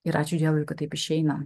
ir ačiū dievui kad taip išeina